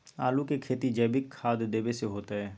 आलु के खेती जैविक खाध देवे से होतई?